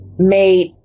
made